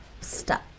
stuck